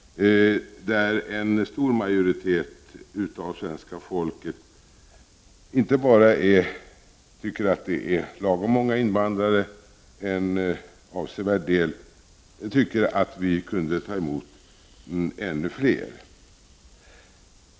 En stor majoritet av svenska folket tycker att vi tar emot lagom många invandrare, och en avsevärd del av dem anser att vi kan ta emot ännu fler.